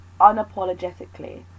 unapologetically